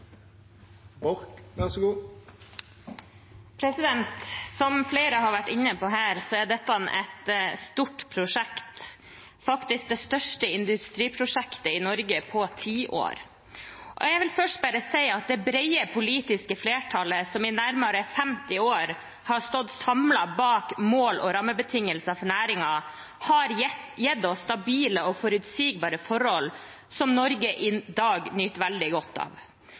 dette et stort prosjekt, faktisk det største industriprosjektet i Norge på tiår. Jeg vil først si at det brede politiske flertallet som i nærmere 50 år har stått samlet bak mål og rammebetingelser for næringen, har gitt oss stabile og forutsigbare forhold som Norge i dag nyter veldig godt av.